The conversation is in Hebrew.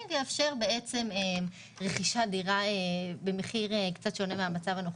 ויאפשר רכישת דירה במחיר קצת שונה מהמצב הנוכחי.